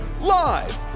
live